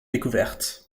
découverte